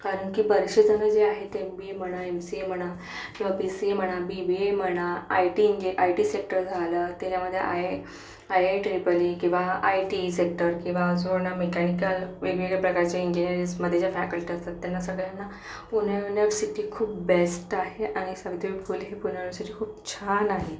कारण की बरेचसे जण जे आहेत एम बी ए म्हणा एम सी ए म्हणा किंवा पी सी ए म्हणा बी बी ए म्हणा आय टी ईंज आय टी सेक्टर झालं त्याच्यामध्ये I I I I T किंवा आय टी सेक्टर किंवा मेकॅनिकल वेगवेगळ्या प्रकारचे इंजीनियरिंगजमध्ये ज्या फॅकल्टी असतात त्यांना सगळ्यांना पुणे युनव्हर्सिटी खूप बेस्ट आहे आणि सावित्रीबाई फुले पुणे युनव्हर्सिटी खूप छान आहे